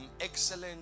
excellent